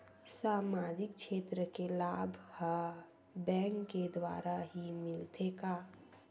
सामाजिक क्षेत्र के लाभ हा बैंक के द्वारा ही मिलथे का?